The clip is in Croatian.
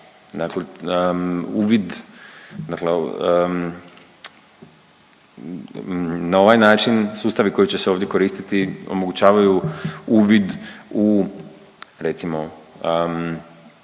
Dakle, uvid na ovaj način sustavi koji će se ovdje koristiti omogućavaju uvid u recimo to